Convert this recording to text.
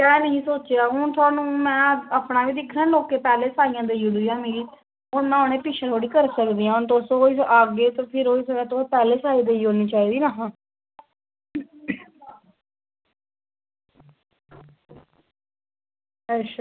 में नेंई हा सोचेआ हून में अपनां बी दिक्खनां नी लोकें पैह्लैं साईयां देई ओड़ी दियां मिगी हून में उनेंगी पिच्छें थोड़े करी सकदी हून तुस गै आखगे ते फिर तुसें पैह्लें साई देई ओड़नीं चाही दी ही ना अच्छा